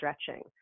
stretching